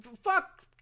fuck